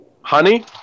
Honey